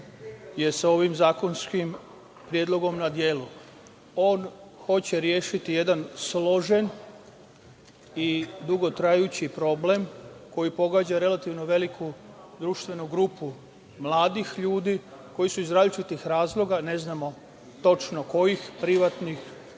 je sa ovim zakonskim predlogom. On hoće rešiti jedan složen i dugotrajni problem, koji pogađa relativno veliku društvenu grupu mladih ljudi, koji su iz različitih razloga, ne znamo tačno kojih, privatnih,